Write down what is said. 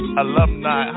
alumni